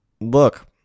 look